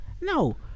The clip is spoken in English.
No